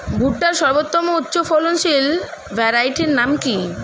ভুট্টার সর্বোত্তম উচ্চফলনশীল ভ্যারাইটির নাম কি?